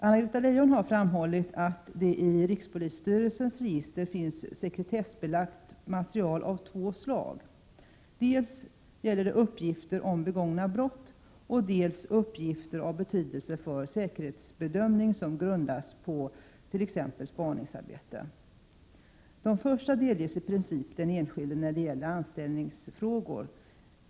Anna-Greta Leijon har framhållit att det i rikspolisstyrelsens register finns sekretessbelagt material av två slag, dels uppgifter om begångna brott, dels uppgifter av betydelse för säkerhetsbedömning som grundas på t.ex. spaningsarbete. De första delges i princip den enskilde när det gäller anställningsfrågor.